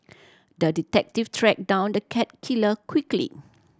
the detective tracked down the cat killer quickly